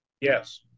Yes